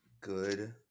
Good